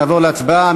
נעבור להצבעה.